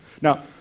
Now